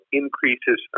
increases